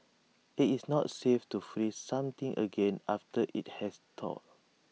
IT is not safe to freeze something again after IT has thawed